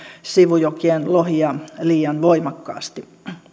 sivujokien lohia liian voimakkaasti